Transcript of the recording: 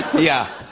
yeah.